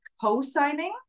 co-signing